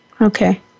Okay